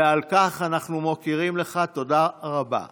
ועל כך אנחנו מכירים לך תודה רבה ומעריכים.